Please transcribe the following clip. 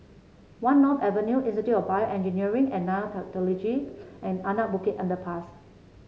One North Avenue Institute of BioEngineering and and Anak Bukit Underpass